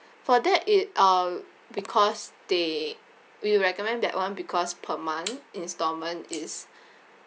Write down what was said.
for that it uh because they we recommend that [one] because per month instalment is